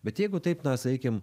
bet jeigu taip na sakykim